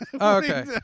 Okay